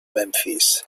memphis